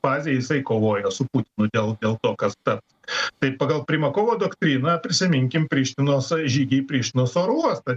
fazėj jisai kovojo su putinu dėl dėl to kas taps tai pagal primakovo doktriną prisiminkim prištinos žygį į prištinos oro uostą